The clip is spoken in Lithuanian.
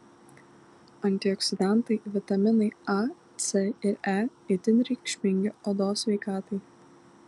antioksidantai vitaminai a c ir e itin reikšmingi odos sveikatai